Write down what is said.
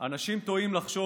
היה ויכוח שלם,